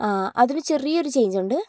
ആ അതിനു ചെറിയൊരു ചേഞ്ച് ഉണ്ട്